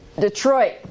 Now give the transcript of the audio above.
Detroit